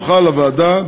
תוכל הוועדה,